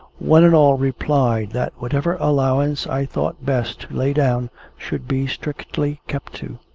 one and all replied that whatever allowance i thought best to lay down should be strictly kept to.